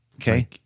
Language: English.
Okay